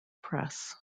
press